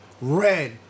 red